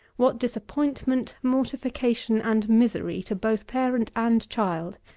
what disappointment, mortification and misery, to both parent and child!